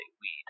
weed